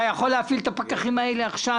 אתה יכול להפעיל את הפקחים האלה עכשיו?